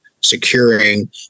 securing